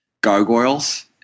gargoyles